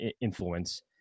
influence